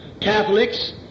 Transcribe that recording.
Catholics